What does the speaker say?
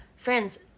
Friends